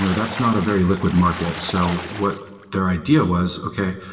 so that's not a very liquid market. so what their idea was, okay.